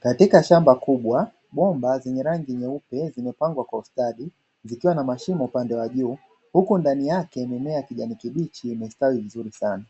Katika shamba kubwa bomba zenye rangi nyeupe zimepangwa kwa ustadi zikiwa na mashine upande wa juu huku ndani yake kuna mimea ya kijani kibichi imestawi vizuri sana.